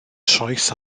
troes